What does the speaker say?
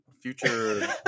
Future